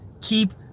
keep